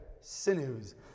Sinews